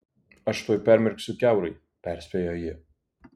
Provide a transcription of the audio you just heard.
aš tuoj permirksiu kiaurai perspėjo ji